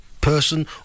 person